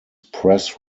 press